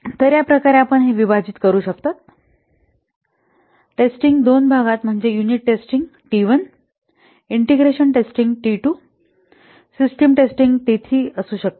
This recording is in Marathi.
तर या प्रकारे आपण हे विभाजित करू शकता टेस्टिंग दोन भागात म्हणजे unit testing T 1 integration testing T 2 system testing T 3 असू शकते